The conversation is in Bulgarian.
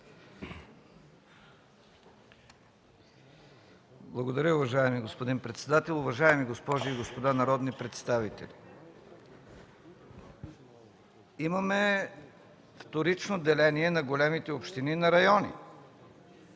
Благодаря, уважаеми господин председател. Уважаеми дами и господа народни представители, имаме вторично деление на големите общини – на райони.